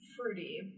fruity